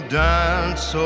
dance